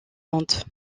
monde